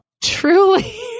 Truly